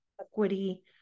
equity